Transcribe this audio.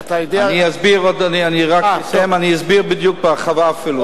אסיים ואסביר בהרחבה.